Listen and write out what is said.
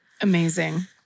Amazing